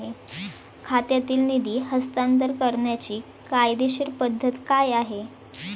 खात्यातील निधी हस्तांतर करण्याची कायदेशीर पद्धत काय आहे?